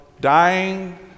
dying